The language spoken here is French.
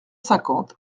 cinquante